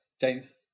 James